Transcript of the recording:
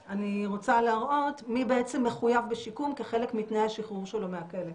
אני רוצה להראות מי מחויב בשיקום כחלק מתנאי השחרור שלו מהכלא.